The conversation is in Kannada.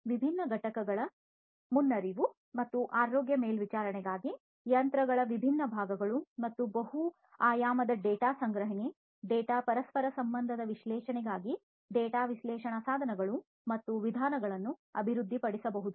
ಆದ್ದರಿಂದ ವಿಭಿನ್ನ ಘಟಕಗಳ ಮುನ್ನರಿವು ಮತ್ತು ಆರೋಗ್ಯ ಮೇಲ್ವಿಚಾರಣೆಗಾಗಿ ಯಂತ್ರಗಳ ವಿವಿಧ ಭಾಗಗಳು ಮತ್ತು ಬಹು ಆಯಾಮದ ಡೇಟಾ ಸಂಗ್ರಹಣೆ ಮತ್ತು ಡೇಟಾ ಪರಸ್ಪರ ಸಂಬಂಧದ ವಿಶ್ಲೇಷಣೆಗಾಗಿ ಡೇಟಾ ವಿಶ್ಲೇಷಣಾ ಸಾಧನಗಳನ್ನು ಮತ್ತು ವಿಧಾನಗಳನ್ನು ಅಭಿವೃದ್ಧಿಪಡಿಸಬಹುದು